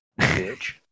bitch